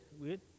weird